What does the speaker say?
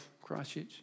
Christchurch